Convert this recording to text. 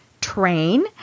train